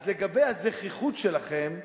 אז לגבי הזְחיחות שלכם,